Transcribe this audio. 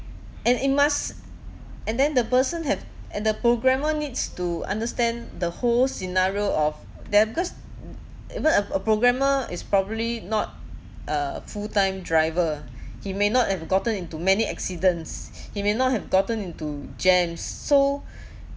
and it must and then the person have and the programmer needs to understand the whole scenario of there because even a a programmer is probably not a full-time driver he may not have gotten into many accidents he may not have gotten into jams so